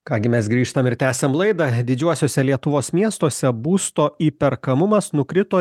ką gi mes grįžtam ir tęsiam laidą didžiuosiuose lietuvos miestuose būsto įperkamumas nukrito